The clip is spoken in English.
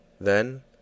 Then